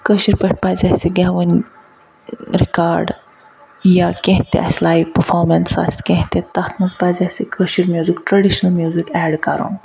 کٲشٕر پٲٹھۍ پَزِ اَسہِ یہِ گٮ۪وٕنۍ رِکاڈ یا کیٚنٛہہ تہِ آسہِ لایِو پٔفامٮ۪نٕس آسہِ کیٚنٛہہ تہِ تتھ منٛز پَزِ اَسہِ یہِ Koshur music traditional music add کَرُن